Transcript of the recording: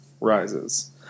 rises